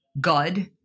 God